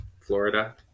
Florida